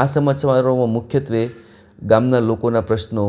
આ સમાચારોમાં મુખ્યત્વે ગામના લોકોના પ્રશ્નો